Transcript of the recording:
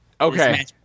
Okay